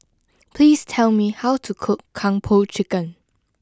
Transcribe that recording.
please tell me how to cook Kung Po chicken